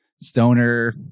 stoner